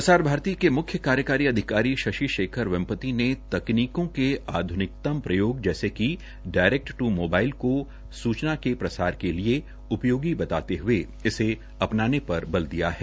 प्रसार भारती के म्ख्य कार्यकारी अधिकारी शशि शेखर वेम्पती ने तकनीकों के आध्निकतम प्रयोग जैसे डायरेक्ट टू मोबाइल को सूचना के प्रसार के लिए उपयोगी बताते हये इसे अपनाने पर बल दिया है